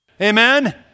Amen